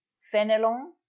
fenelon